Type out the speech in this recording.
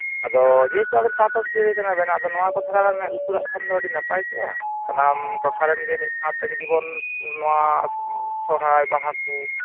ᱟᱫᱚ ᱡᱮᱦᱮᱛᱩ ᱟᱵᱮᱱ ᱥᱟᱶᱛᱟ ᱥᱩᱥᱟᱹᱨᱤᱭᱟᱹ ᱠᱟᱱᱟ ᱵᱮᱱ ᱟᱫᱚ ᱱᱚᱣᱟ ᱠᱚ ᱠᱟᱛᱷᱟ ᱵᱮᱱ ᱢᱮᱸᱫ ᱞᱩᱛᱩᱨᱟᱜ ᱠᱷᱟᱱ ᱫᱚ ᱟᱹᱰᱤ ᱱᱟᱯᱟᱭ ᱠᱚᱜᱼᱟ ᱥᱟᱱᱟᱢ ᱴᱚᱴᱷᱟ ᱨᱮᱱ ᱜᱮ ᱢᱤᱫ ᱥᱟᱶᱛᱮ ᱡᱩᱫᱤ ᱵᱚᱱ ᱱᱚᱣᱟ ᱥᱟᱨᱦᱟᱭ ᱵᱟᱦᱟ ᱠᱚ